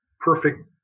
perfect